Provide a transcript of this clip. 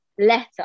letter